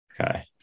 Okay